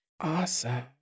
Awesome